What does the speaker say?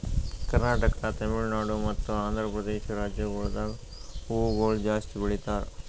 ಕರ್ನಾಟಕ, ತಮಿಳುನಾಡು ಮತ್ತ ಆಂಧ್ರಪ್ರದೇಶ ರಾಜ್ಯಗೊಳ್ದಾಗ್ ಹೂವುಗೊಳ್ ಜಾಸ್ತಿ ಬೆಳೀತಾರ್